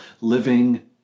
living